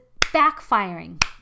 backfiring